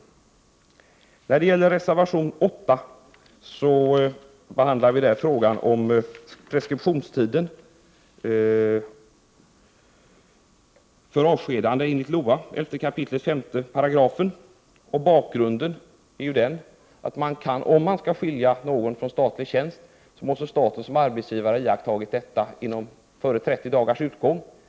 Detta är innehållet i en moderat motion, som vi har reserverat oss till förmån för. I reservation 8 behandlas preskriptionstiden för avskedande enligt LOA 11 kap. 5 §. Bakgrunden är att för staten som arbetsgivare gäller en preskriptionstid på 30 dagar, om man skall skilja någon från statlig tjänst.